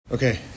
Okay